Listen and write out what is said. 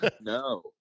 No